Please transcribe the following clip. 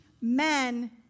men